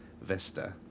vista